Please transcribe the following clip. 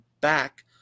back